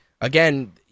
again